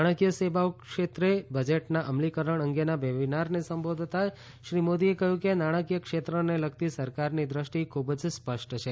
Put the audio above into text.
નાણાકીય સેવાઓ ક્ષેત્રે બજેટના અમલીકરણ અંગેના વેબિનારને સંબોધતાં શ્રી મોદીએ કહ્યું કે નાણાકીય ક્ષેત્રને લગતી સરકારની દ્રષ્ટિ ખૂબ સ્પષ્ટ છે